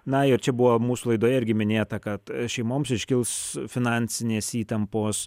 na ir čia buvo mūsų laidoje irgi minėta kad šeimoms iškils finansinės įtampos